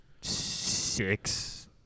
six